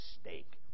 steak